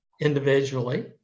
individually